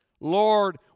Lord